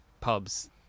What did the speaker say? pubs